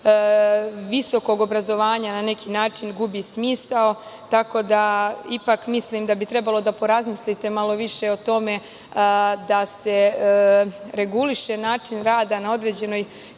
visokog obrazovanja na neki način gubi smisao. Tako da, ipak mislim da bi trebalo malo više da porazmislite o tome, da se reguliše način rada na određenoj